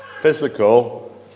physical